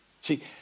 See